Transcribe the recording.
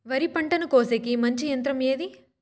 వరి పంటను కోసేకి మంచి యంత్రం ఏది?